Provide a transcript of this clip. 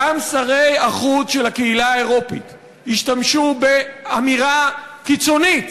גם שרי החוץ של הקהילה האירופית השתמשו באמירה קיצונית,